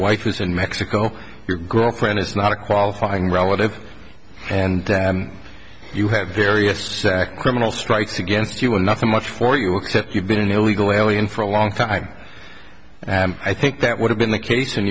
wife is in mexico your girlfriend is not a qualifying relative and you have various criminal strikes against you and nothing much for you you've been an illegal alien for a long time and i think that would have been the case and